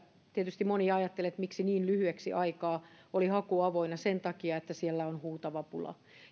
tietysti moni ajatteli että miksi niin lyhyeksi aikaa oli haku avoinna sen takia että siellä on huutava pula